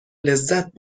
لذت